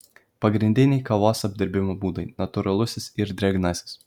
pagrindiniai kavos apdirbimo būdai natūralusis ir drėgnasis